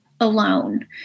alone